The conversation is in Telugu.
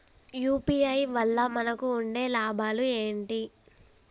యూ.పీ.ఐ వల్ల మనకు ఉండే లాభాలు ఏంటి?